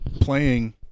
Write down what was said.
playing